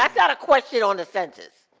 um not a question on the census.